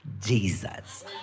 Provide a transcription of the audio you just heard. Jesus